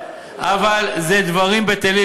אבל זה דברים בטלים,